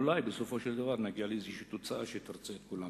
אולי בסופו של דבר נגיע לאיזו תוצאה שתרצה את כולם.